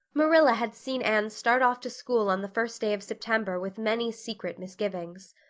marilla had seen anne start off to school on the first day of september with many secret misgivings.